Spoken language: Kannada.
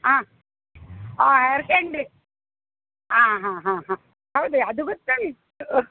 ಹಾಂ ಹಾಂ ಅರ್ಕಂಡ್ರಿ ಆ ಹಾಂ ಹಾಂ ಹಾಂ ಹೌದ್ ಅದು ಗೊತ್ತುಂಟು